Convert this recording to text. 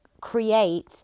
create